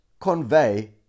convey